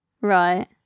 Right